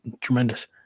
Tremendous